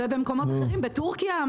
תראה מה קורה בתורכיה.